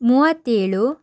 ಮೂವತ್ತೇಳು